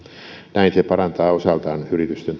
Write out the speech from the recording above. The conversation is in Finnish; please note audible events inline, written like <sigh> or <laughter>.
näin se parantaa osaltaan yritysten <unintelligible>